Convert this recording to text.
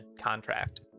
contract